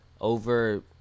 over